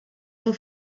del